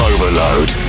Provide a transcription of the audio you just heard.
Overload